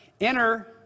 Enter